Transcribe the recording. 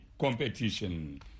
competition